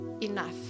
enough